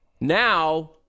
Now